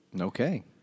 Okay